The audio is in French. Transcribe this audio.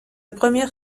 première